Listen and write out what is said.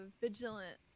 vigilant